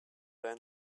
than